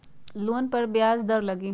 Loan पर ब्याज दर लगी?